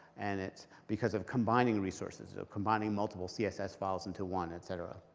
and it's because of combining resources, combining multiple css files into one, et cetera.